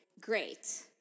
great